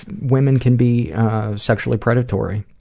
women can be sexually predatory.